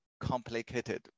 complicated